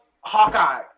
Hawkeye